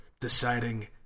deciding